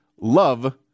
love